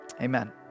amen